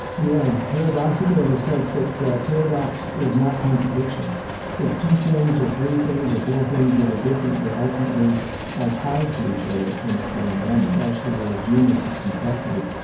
yeah. paradoxical in the sense that paradox is not contradiction it's two things or three things or four things that are different but ultimately are tied to each other in a form. and that's actually the genius of complexity,